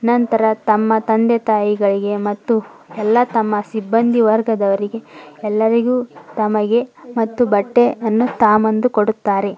ನಂತರ ತಮ್ಮ ತಂದೆ ತಾಯಿಗಳಿಗೆ ಮತ್ತು ಎಲ್ಲ ತಮ್ಮ ಸಿಬ್ಬಂದಿ ವರ್ಗದವರಿಗೆ ಎಲ್ಲರಿಗೂ ತಮಗೆ ಮತ್ತು ಬಟ್ಟೆಯನ್ನು ತಾಮಂದು ಕೊಡುತ್ತಾರೆ